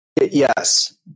Yes